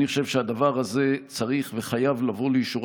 אני חושב שהדבר הזה צריך וחייב לבוא לאישורה